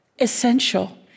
essential